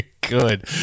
good